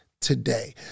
Today